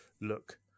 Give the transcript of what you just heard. look